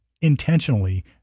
intentionally